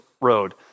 road